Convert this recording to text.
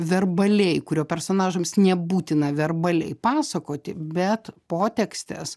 verbaliai kurio personažams nebūtina verbaliai pasakoti bet potekstes